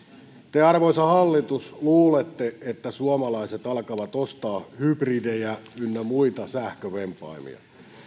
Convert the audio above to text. te arvoisa hallitus luulette että suomalaiset alkavat ostaa hybridejä ynnä muita sähkövempaimia